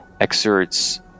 exerts